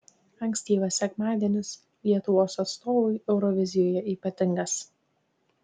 ankstyvas sekmadienis lietuvos atstovui eurovizijoje ypatingas